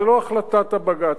זו לא החלטת בג"ץ,